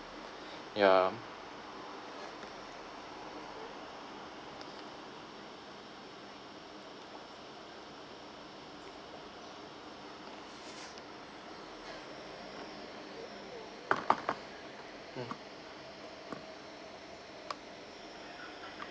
yeah hmm